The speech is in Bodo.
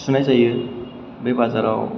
सुनाय जायो बे बाजाराव